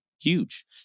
huge